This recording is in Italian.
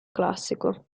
classico